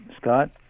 Scott